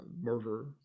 murder